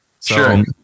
Sure